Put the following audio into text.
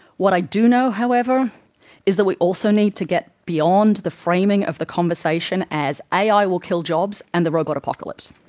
what i do know is that we also need to get beyond the framing of the conversation as ai will kill jobs and the robot apocalypse.